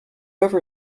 ever